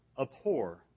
abhor